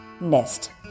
nest